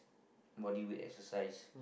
body weight exercise